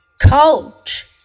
coach